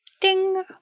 Ding